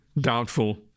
Doubtful